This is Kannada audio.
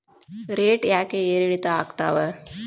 ರೇಟ್ ಯಾಕೆ ಏರಿಳಿತ ಆಗ್ತಾವ?